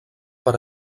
per